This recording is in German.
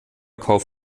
kauf